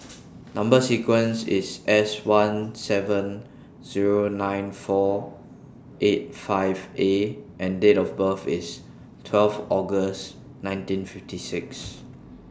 Number sequence IS S one seven Zero nine four eight five A and Date of birth IS twelve August nineteen fifty six